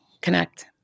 connect